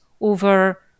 over